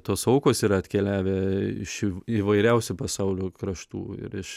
tos aukos yra atkeliavę iš įv įvairiausių pasaulio kraštų ir iš